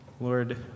Lord